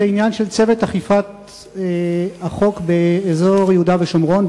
זה עניין של צוות אכיפת החוק באזור יהודה ושומרון,